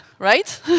Right